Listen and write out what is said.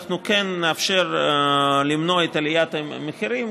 אנחנו כן נאפשר למנוע את עליית המחירים